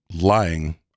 lying